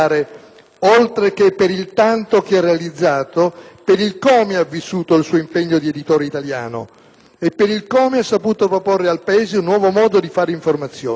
oltre che per il tanto che ha realizzato, per "come" ha vissuto il suo impegno di editore italiano e per "come" ha saputo proporre al Paese un nuovo modo di fare informazione.